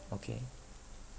okay